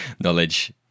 knowledge